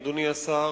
אדוני השר,